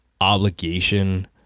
obligation